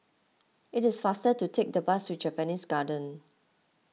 it is faster to take the bus to Japanese Garden